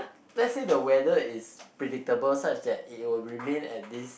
let's say the weather is predictable such that it will remain at this